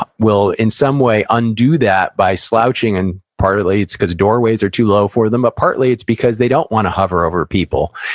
um in some way, undo that by slouching. and partly, it's because doorways are too low for them. but, partly, it's because they don't want to hover over people.